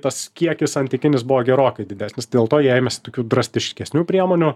tas kiekis santykinis buvo gerokai didesnis dėl to jie ėmėsi tokių drastiškesnių priemonių